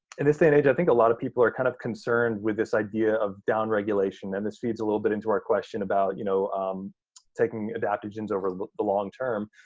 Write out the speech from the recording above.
and this day and age, i think a lot of people are kind of concerned with this idea of downregulation and this feeds a little bit into our question about you know um taking adaptogens over the the long term.